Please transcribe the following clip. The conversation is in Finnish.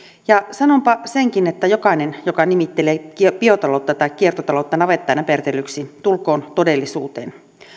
sanonpa senkin että jokainen joka nimittelee biotaloutta tai kiertotaloutta navettanäpertelyksi tulkoon todellisuuteen